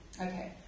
Okay